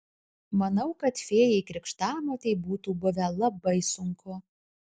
manau kad fėjai krikštamotei būtų buvę labai sunku